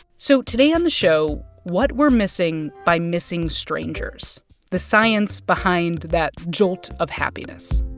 so today on the show, what we're missing by missing strangers the science behind that jolt of happiness